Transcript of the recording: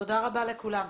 תודה רבה לכולם.